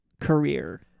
career